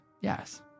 yes